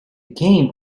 game